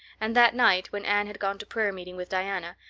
and that night, when anne had gone to prayer meeting with diana,